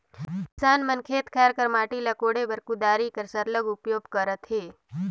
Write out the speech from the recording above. किसान मन खेत खाएर कर माटी ल कोड़े बर कुदारी कर सरलग उपियोग करथे